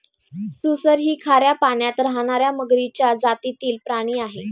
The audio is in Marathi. सुसर ही खाऱ्या पाण्यात राहणार्या मगरीच्या जातीतील प्राणी आहे